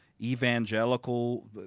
evangelical